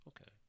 Okay